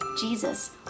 Jesus